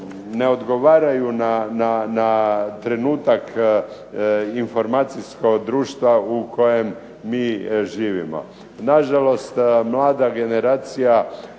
ne odgovaraju na trenutak informacijskog društva u kojem mi živimo. Nažalost, mlada generacija